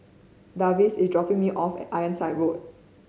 Darvin is dropping me off at Ironside Road